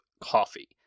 coffee